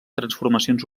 transformacions